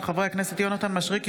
של חברי הכנסת יונתן מישרקי,